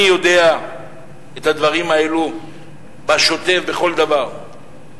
אני יודע את הדברים האלו בשוטף בכל דבר.